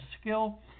skill